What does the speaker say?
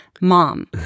mom